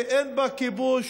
שאין בה כיבוש